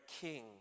King